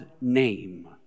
name